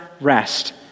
rest